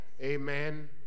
Amen